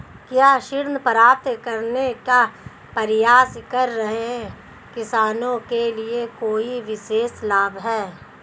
क्या ऋण प्राप्त करने का प्रयास कर रहे किसानों के लिए कोई विशेष लाभ हैं?